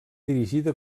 dirigida